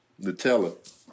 Nutella